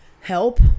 help